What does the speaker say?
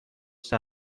پست